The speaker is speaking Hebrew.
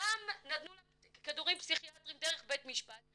גם נתנו לה כדורים פסיכיאטרים דרך בית משפט,